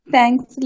Thanks